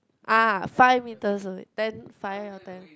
ah five metres away ten five or ten